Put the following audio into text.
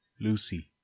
Lucy